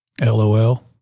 LOL